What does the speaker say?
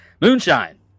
moonshine